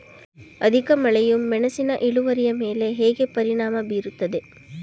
ಅಧಿಕ ಮಳೆಯು ಮೆಣಸಿನ ಇಳುವರಿಯ ಮೇಲೆ ಹೇಗೆ ಪರಿಣಾಮ ಬೀರುತ್ತದೆ?